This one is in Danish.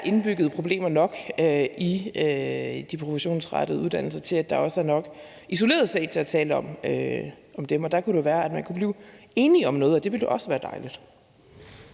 indbyggede problemer nok i de professionsrettede uddannelser til, at der også er nok isoleret set til at tale om dem, og der kunne det være, at man kunne blive enige om noget, og det ville da også være dejligt.